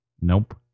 Nope